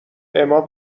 اما